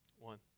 one